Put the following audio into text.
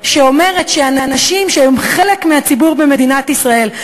שאנשים שהם חלק מהציבור במדינת ישראל,